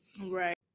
right